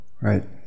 right